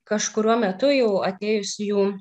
kažkuriuo metu jau atėjus jų